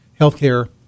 healthcare